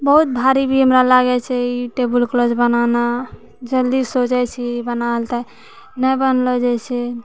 बहुत भारी भी हमरा लागै छै ई टेबुल क्लोथ बनाना जे जल्दी सोइ जाइ छी बनावल तऽ नहि बनेलो जाइ छै